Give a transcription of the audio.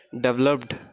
developed